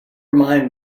mind